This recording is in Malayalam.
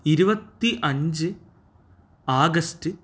ഇരുപത്തി അഞ്ച് ആഗസ്റ്റ്